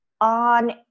on